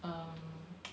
um